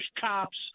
cops